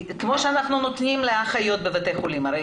כמו שאנחנו נותנים לאחיות בבתי חולים הרי